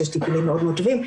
שיש טיפולים מאוד טובים,